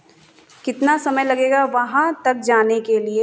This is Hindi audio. कितना समय लगेगा वहाँ तक जाने के लिए